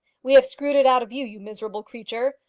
we have screwed it out of you, you miserable creature!